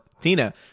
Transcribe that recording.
Tina